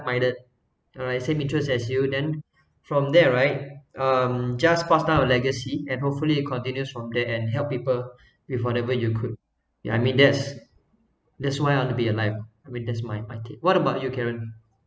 minded alright same interest as you then from there right um just pass down a legacy and hopefully continues from there and help people with whatever you could I mean that's that's why I want to be alive with this mind mind thing what about you karen